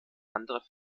andere